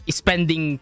spending